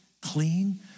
clean